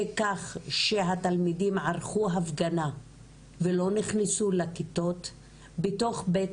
כך שהתלמידים ערכו הפגנה ולא נכנסו לכיתות בתוך בית